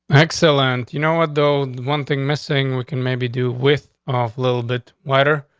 excellent. you know what, though? one thing missing we can maybe do with off little bit whiter.